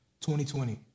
2020